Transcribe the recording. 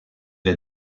est